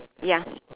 ya